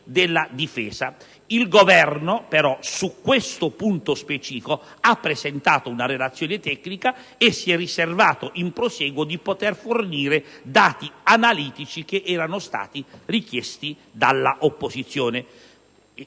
Il Governo, però, su questo punto specifico ha presentato una Relazione tecnica e si è riservato nel prosieguo di fornire i dati analitici richiesti dall'opposizione.